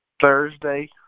Thursday